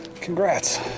Congrats